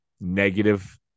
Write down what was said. negative